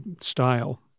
style